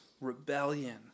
rebellion